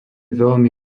veľmi